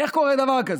איך קורה דבר כזה?